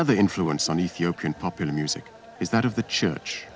other influence on ethiopian popular music is that of the church